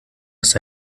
ist